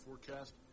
forecast